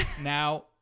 Now